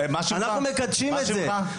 אנחנו מקדשים את זה,